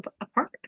apart